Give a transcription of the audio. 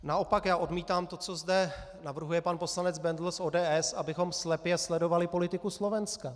Naopak já odmítám to, co zde navrhuje pan poslanec Bendl z ODS, abychom slepě sledovali politiku Slovenska.